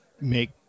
make